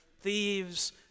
thieves